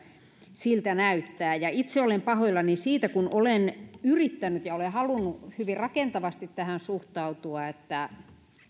siltä näyttää ja itse olen pahoillani siitä kun olen yrittänyt ja olen halunnut hyvin rakentavasti tähän suhtautua että